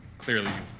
clearly,